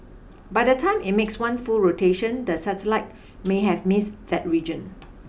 by the time it makes one full rotation the satellite may have miss that region